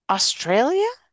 Australia